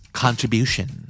contribution